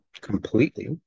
completely